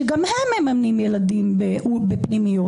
שגם הם ממנים ילדים בפנימיות,